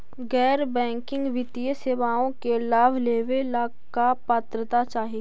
गैर बैंकिंग वित्तीय सेवाओं के लाभ लेवेला का पात्रता चाही?